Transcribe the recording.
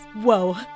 Whoa